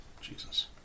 Jesus